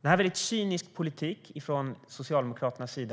Det är en cynisk politik från Socialdemokraternas sida.